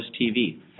TV